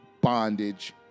bondage